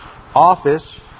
office